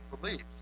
beliefs